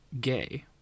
gay